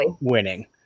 winning